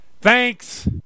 Thanks